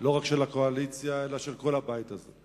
לא רק של הקואליציה, אלא של כל הבית הזה.